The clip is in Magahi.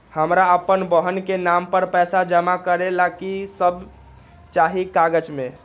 हमरा अपन बहन के नाम पर पैसा जमा करे ला कि सब चाहि कागज मे?